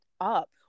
up